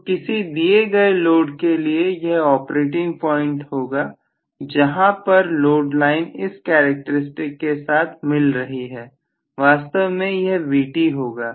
तो किसी दिए गए लोड के लिए यह ऑपरेटिंग पॉइंट होगा जहां पर लोड लाइन इस कैरेक्टरस्टिक के साथ मिल रही है वास्तव में यह Vt होगा